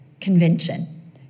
convention